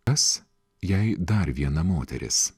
kas jei dar viena moteris